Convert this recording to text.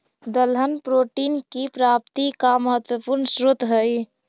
दलहन प्रोटीन की प्राप्ति का महत्वपूर्ण स्रोत हई